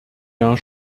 jahr